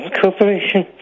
corporation